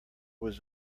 was